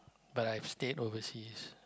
but I've stayed overseas